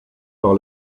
par